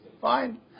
fine